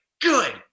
good